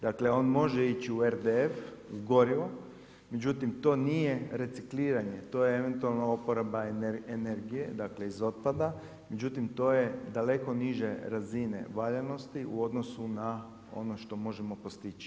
Dakle, on može ići u RDF gorivo, međutim, to nije recikliranje, to je eventualno oporba energije, dakle iz otpada, međutim to je daleko niže razine valjanosti u odnosu na ono što možemo postići.